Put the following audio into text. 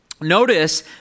Notice